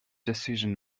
decision